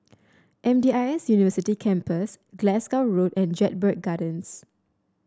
M D I S University Campus Glasgow Road and Jedburgh Gardens